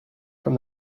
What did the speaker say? from